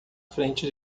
frente